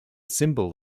symbol